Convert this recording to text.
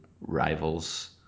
rivals